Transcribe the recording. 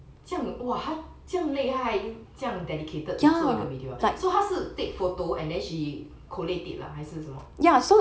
这样哇这样累他还这样 dedicated to 做一个 video ah so 他是 take photo and then she collate it lah 还是什么